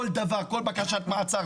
כל בקשת מעצר,